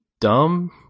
dumb